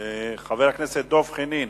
חבר הכנסת דב חנין